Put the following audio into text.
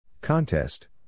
Contest